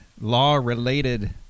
law-related